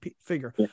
figure